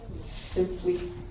simply